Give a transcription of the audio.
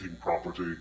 property